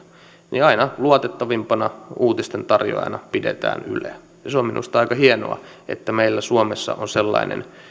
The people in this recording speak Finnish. niin aina luotettavimpana uutisten tarjoajana pidetään yleä minusta on aika hienoa että meillä suomessa on sellainen